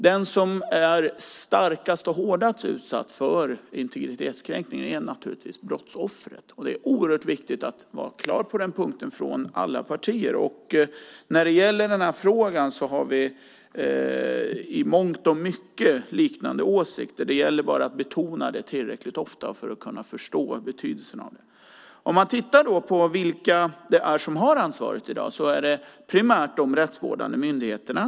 Den som är starkast och hårdast utsatt för integritetskränkning är naturligtvis brottsoffret. Det är oerhört viktigt att vara klar på den punkten från alla partier. När det gäller den här frågan har vi i mångt och mycket liknande åsikter. Det gäller bara att betona det tillräckligt ofta för att kunna förstå betydelsen av det. Om man tittar på vilka som har ansvaret i dag är det primärt de rättsvårdande myndigheterna.